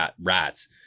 rats